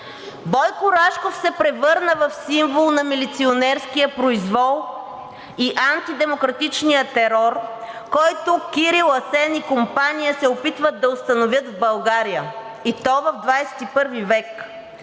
Бойко Рашков се превърна в символ на милиционерския произвол и антидемократичния терор, който Кирил, Асен и компания се опитват да установят в България, и то в ХХI век.